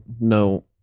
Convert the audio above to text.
no